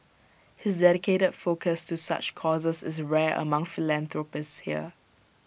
his dedicated focus to such causes is rare among philanthropists here